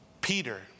Peter